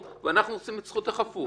ואנחנו רוצים את זכות החפות.